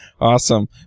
Awesome